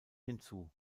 hinzu